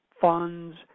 funds